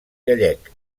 gallec